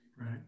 Right